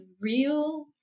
real